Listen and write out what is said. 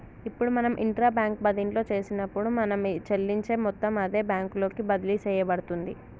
ఇప్పుడు మనం intra bank బదిన్లో చేసినప్పుడు మనం చెల్లించే మొత్తం అదే బ్యాంకు లోకి బదిలి సేయబడుతుంది